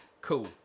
Cool